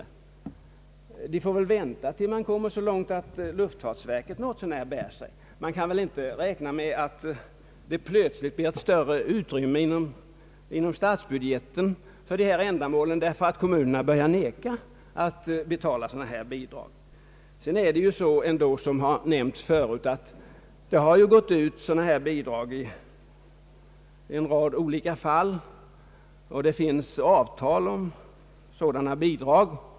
De kanske får vänta till dess man har kommit så långt, att luftfartsverket något så när bär sig, ty man kan ju inte räkna med att det plötsligt blir ett så mycket större utrymme inom statsbudgeten för dessa ändamål därför att kommunerna börjar neka att betala sådana här bidrag. Vidare är det ändå så, som har nämnts förut, att sådana här bidrag har utgått i en rad olika fall. Det finns även avtal om sådana bidrag.